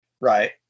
Right